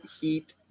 heat